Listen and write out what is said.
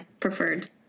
preferred